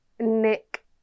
Nick